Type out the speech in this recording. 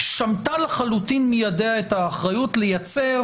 שמטה לחלוטין מידיה את האחריות לייצר